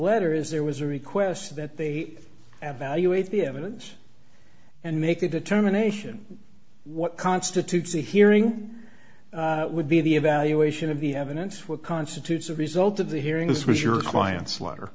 letter is there was a request that they add value with the evidence and make a determination what constitutes a hearing would be the evaluation of the evidence what constitutes a result of the hearings was your client's letter